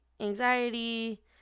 anxiety